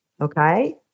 Okay